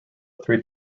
three